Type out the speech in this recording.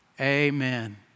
amen